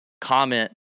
comment